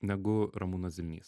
negu ramūnas zilnys